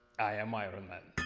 i am iron man.